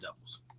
Devils